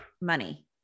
money